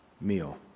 meal